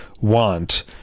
want